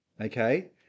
okay